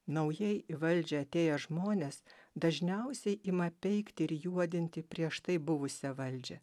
naujai į valdžią atėję žmonės dažniausiai ima peikti ir juodinti prieš tai buvusią valdžią